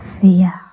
fear